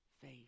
face